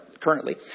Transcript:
Currently